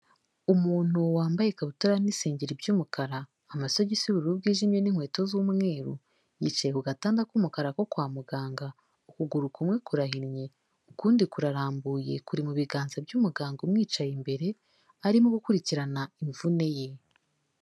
Umuntu wambaye ikabutura n'isengeri by'umukara, amasogisi y'ubururu bwijimye n'inkweto z'umweru, yicaye ku gatanda k'umukara ko kwa muganga, ukuguru kumwe kurahinnye, ukundi kurarambuye kuri mu biganza by'umuganga umwicaye imbere, arimo gukurikirana imvune ye.